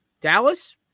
Dallas